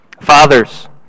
Fathers